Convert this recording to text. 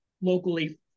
locally